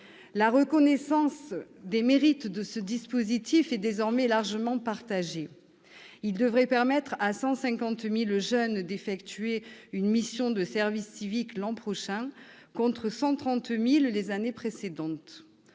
La reconnaissance des mérites de ce dispositif est désormais largement partagée. Celui-ci devrait permettre à 150 000 jeunes d'effectuer une mission de service civique l'an prochain, contre 130 000 les années précédentes.